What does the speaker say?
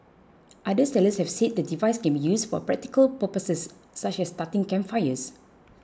other sellers have said the device can be used for practical purposes such as starting campfires